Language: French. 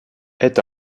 est